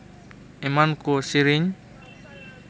ᱮᱢᱟᱱ ᱠᱚ ᱥᱮᱨᱮᱧ